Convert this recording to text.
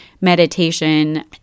meditation